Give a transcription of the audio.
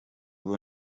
ubu